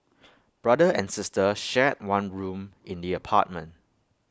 brother and sister shared one room in the apartment